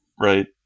Right